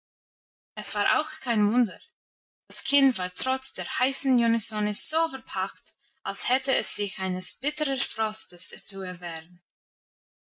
es war auch kein wunder das kind war trotz der heißen junisonne so verpackt als hätte es sich eines bitteren frostes zu erwehren